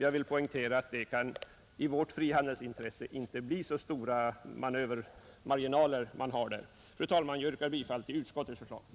Jag vill poängtera att det med tanke på vår frihandel inte kan bli så stora marginaler, Fru talman! Jag yrkar bifall till utskottets hemställan.